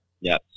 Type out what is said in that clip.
Yes